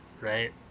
right